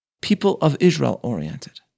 people-of-Israel-oriented